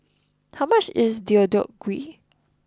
how much is Deodeok Gui